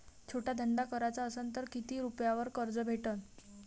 छोटा धंदा कराचा असन तर किती रुप्यावर कर्ज भेटन?